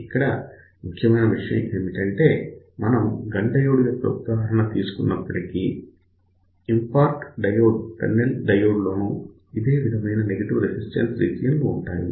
ఇక్కడ ముఖ్యమైన విషయం ఏమిటంటే మనం గన్ డయోడ్ యొక్క ఉదాహరణ తీసుకున్నప్పటికీ ఇంపార్ట్ డయోడ్ టన్నెల్ డయోడ్ లోనూ ఇదే విధమైన నెగటివ్ రెసిస్టెన్స్ రీజియన్ ఉంటాయి